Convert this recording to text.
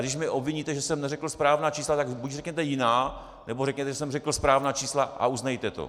Když mě obviníte, že jsem neřekl správná čísla, tak buď řekněte jiná, nebo řekněte, že jsem řekl správná čísla, a uznejte to.